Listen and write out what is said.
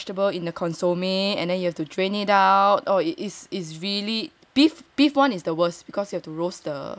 roast the bones first and is a thick bone yeah so it's very hard to roast it through